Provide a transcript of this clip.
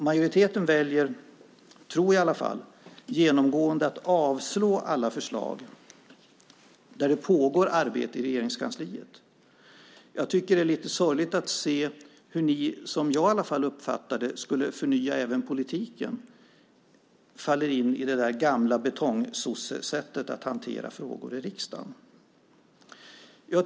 Jag tror att majoriteten genomgående väljer att avslå alla förslag där det pågår arbete i Regeringskansliet. Jag tycker att det är lite sorgligt att se hur ni som skulle förnya även politiken, som jag uppfattade det, faller in i detta gamla betongsossesätt att hantera frågor i riksdagen.